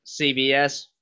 CBS